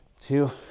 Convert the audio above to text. two